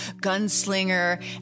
gunslinger